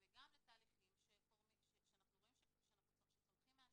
וגם לתהליכים שצומחים מהשטח,